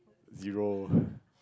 zero